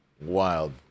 wild